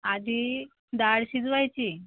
आधी डाळ शिजवायची